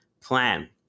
plan